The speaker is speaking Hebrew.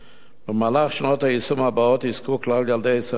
במהלך שנות היישום הבאות יזכו כלל ילדי ישראל גילאי